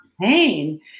pain